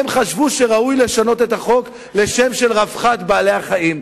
הם חשבו שראוי לשנות את החוק ל"רווחת בעלי-החיים".